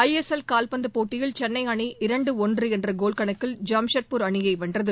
ISL கால்பந்து போட்டியில் சென்னை அணி இரண்டு ஒன்று என்ற கோல் கணக்கில் ஜாம்ஷெட்பூர் அணியை வென்றது